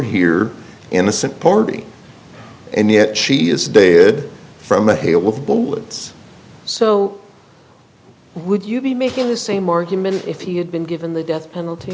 here innocent party and yet she is dated from a hail of bullets so would you be making the same argument if he had been given the death penalty